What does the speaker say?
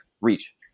reach